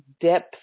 depth